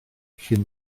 cyn